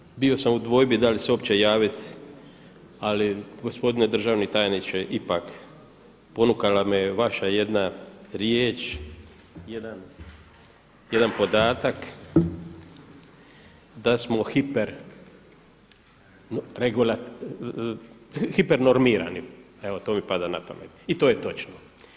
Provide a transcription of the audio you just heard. Ja sam se, bio sam u dvojbi da li se uopće javiti, ali gospodine državne tajniče ipak ponukala me je vaša jedna riječ, jedan podatak da smo hiper normirani, evo to mi pada na pamet i to je točno.